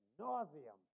nauseum